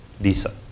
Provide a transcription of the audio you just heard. Lisa